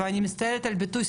ואני מצטערת על הביטוי,